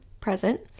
present